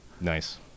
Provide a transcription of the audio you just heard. nice